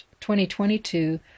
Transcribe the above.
2022